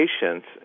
patients